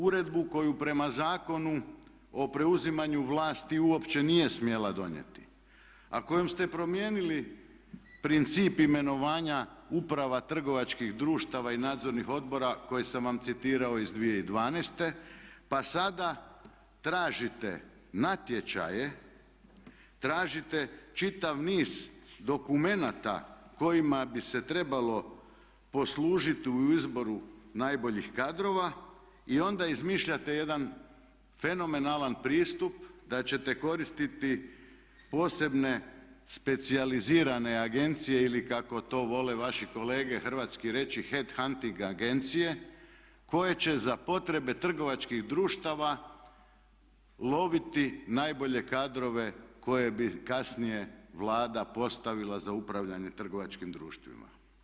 Uredbu koju prema Zakonu o preuzimanju vlasti uopće nije smjela donijeti a kojom ste promijenili princip imenovanja uprava trgovačkih društava i nadzornih odbora koje sam vam citirao iz 2012. pa sada tražite natječaje, tražite čitav niz dokumenata kojima bi se trebalo poslužiti u izboru najboljih kadrova i onda izmišljate jedan fenomenalan pristup da ćete koristiti posebne specijalizirane agencije ili kako to vole vaši kolege hrvatski reći head hunting agencije koje će za potrebe trgovačkih društava loviti najbolje kadrove koje bi kasnije Vlada postavila za upravljanje trgovačkim društvima.